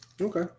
okay